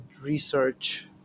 research